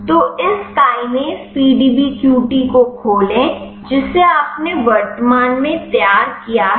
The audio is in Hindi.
तो इस काइनेज PDBQT को खोलें जिसे आपने वर्तमान में तैयार किया है